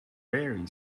very